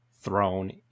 thrown